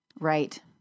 Right